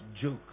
joke